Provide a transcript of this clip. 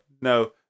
no